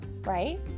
right